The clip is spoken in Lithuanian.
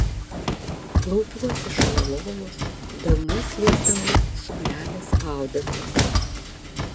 klaupiuosi šalia lovos delnais liesdama suknelės audeklą